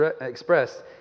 expressed